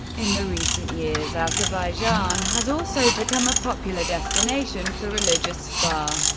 in the recent years, azerbaijan has also become a popular destination for religious, spa,